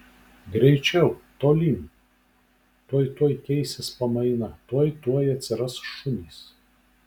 greičiau tolyn tuoj tuoj keisis pamaina tuoj tuoj atsiras šunys